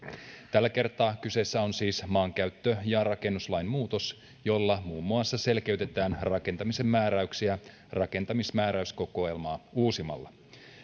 tällä kertaa kyseessä on siis maankäyttö ja rakennuslain muutos jolla muun muassa selkeytetään rakentamisen määräyksiä rakentamismääräyskokoelmaa uusimalla